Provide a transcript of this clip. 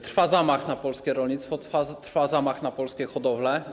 Trwa zamach na polskie rolnictwo, trwa zamach na polskie hodowle.